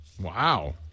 Wow